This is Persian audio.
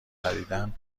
خریدن